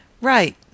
Right